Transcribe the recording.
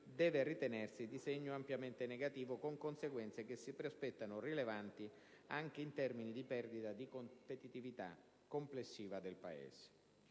deve ritenersi di segno ampiamente negativo, con conseguenze che si prospettano rilevanti anche in termini di perdita dì competitività complessiva del Paese.